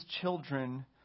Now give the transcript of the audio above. children